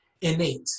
innate